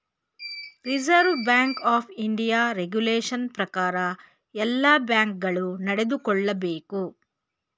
reserve bank of India regulation ಪ್ರಕಾರ ಎಲ್ಲ bank ಗಳು ನಡೆದುಕೊಳ್ಳಬೇಕು